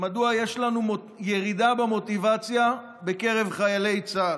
מדוע יש לנו ירידה במוטיבציה בקרב חיילי צה"ל,